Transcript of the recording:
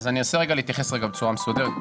אני אתייחס בצורה מסודרת.